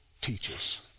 teaches